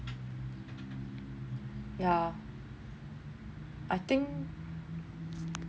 yeah I think